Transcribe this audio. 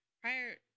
prior